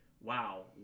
Wow